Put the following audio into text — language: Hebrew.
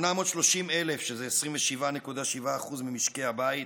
830,000, שזה 27.7% ממשקי הבית,